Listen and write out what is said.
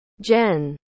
Jen